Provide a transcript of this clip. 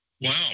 wow